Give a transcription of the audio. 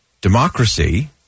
democracy